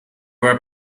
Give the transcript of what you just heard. were